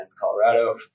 Colorado